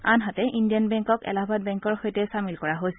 আনহাতে ইণ্ডিয়ান বেংকক এলাহাবাদ বেংকৰ সৈতে চামিল কৰা হৈছে